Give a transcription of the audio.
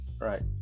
right